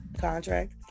contract